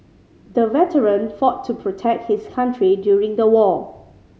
the veteran fought to protect his country during the war